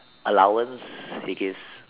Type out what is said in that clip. allowance he gives